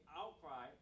outcry